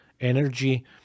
energy